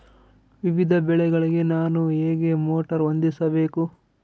ವಿವಿಧ ಬೆಳೆಗಳಿಗೆ ನಾನು ಹೇಗೆ ಮೋಟಾರ್ ಹೊಂದಿಸಬೇಕು?